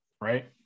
right